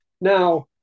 Now